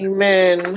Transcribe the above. Amen